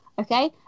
okay